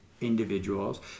individuals